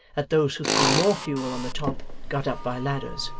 that those who threw more fuel on the top, got up by ladders.